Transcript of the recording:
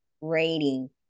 rating